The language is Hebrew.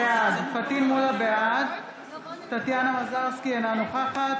בעד טטיאנה מזרסקי, אינה נוכחת